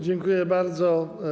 Dziękuję bardzo.